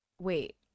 wait